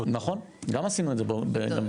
נכון, גם עשינו את זה באוקרינה.